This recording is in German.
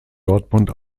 dortmund